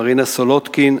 מרינה סולודקין,